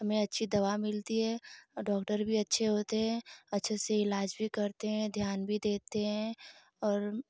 हमें अच्छी दवा मिलती है और डॉक्टर भी अच्छे होते हैं अच्छे से इलाज़ भी करते हैं ध्यान भी देते हैं और